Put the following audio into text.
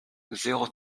zéro